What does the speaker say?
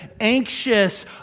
anxious